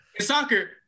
soccer